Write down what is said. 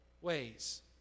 ways